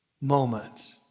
moments